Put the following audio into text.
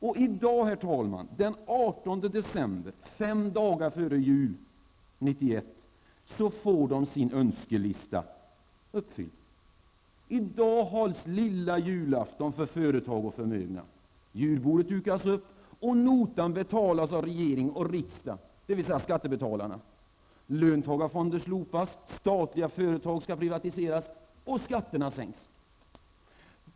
I dag, herr talman, den 18 december 1991, fem dagar före jul, får de sin önskelista uppfylld. I dag hålls lilla julafton för företag och förmögna. Julbordet dukas upp, och notan betalas av regering och riksdag, dvs. skattebetalarna. Löntagarfonderna slopas, statliga företag skall privatiseras och skatterna sänks.